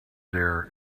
their